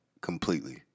completely